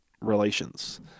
relations